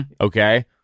Okay